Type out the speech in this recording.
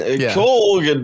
Cool